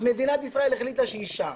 מדינת ישראל החליטה שהיא שם,